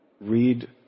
read